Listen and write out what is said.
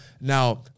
Now